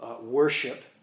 worship